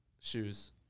Shoes